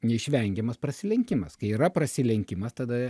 neišvengiamas prasilenkimas kai yra prasilenkimas tada